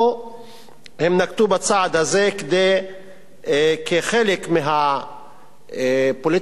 הם נקטו את הצעד הזה כחלק מהפוליטיקה הפנימית,